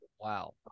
Wow